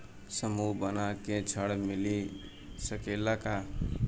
समूह बना के ऋण मिल सकेला का?